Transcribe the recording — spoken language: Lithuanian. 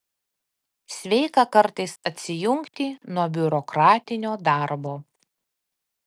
sveika kartais atsijungti nuo biurokratinio darbo